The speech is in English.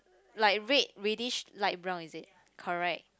like red reddish light brown is it